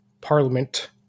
Parliament